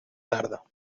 tarda